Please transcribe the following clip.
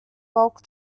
bulk